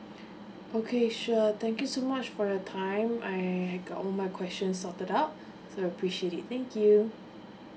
okay sure thank you so much for your time I've got all my questions sorted out so appreciate it thank you